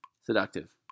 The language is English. seductive